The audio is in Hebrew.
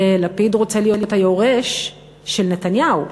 לפיד רוצה להיות היורש של נתניהו.